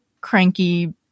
cranky